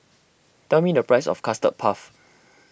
tell me the price of Custard Puff